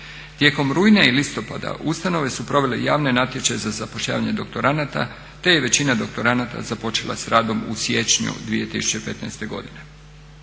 Tijekom rujna i listopada ustanove su provele javni natječaj za zapošljavanje doktoranata te je većina doktoranata započela s radom u siječnju 2015. godine.